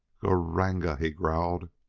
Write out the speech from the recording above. gr-r-ranga! he growled.